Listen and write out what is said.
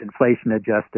inflation-adjusted